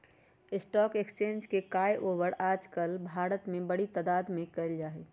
stock exchange के काएओवार आजकल भारत में बडी तादात में कइल जा हई